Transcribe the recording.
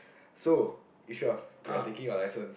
so Yusof you are taking your license